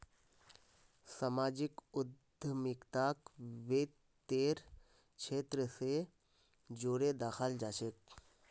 सामाजिक उद्यमिताक वित तेर क्षेत्र स जोरे दखाल जा छेक